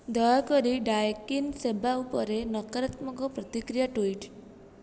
ଦୟାକରି ଡାଏକିନ୍ ସେବା ଉପରେ ନକାରାତ୍ମକ ପ୍ରତିକ୍ରିୟା ଟ୍ୱିଟ୍